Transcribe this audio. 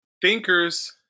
thinkers